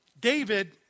David